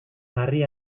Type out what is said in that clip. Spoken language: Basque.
harri